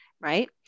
Right